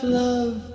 love